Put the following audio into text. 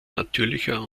natürlicher